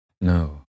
No